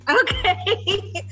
Okay